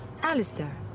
Alistair